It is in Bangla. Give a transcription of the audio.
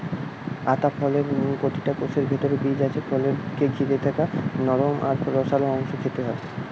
আতা ফলের প্রতিটা কোষের ভিতরে বীজ আছে বীজকে ঘিরে থাকা নরম আর রসালো অংশ খেতে হয়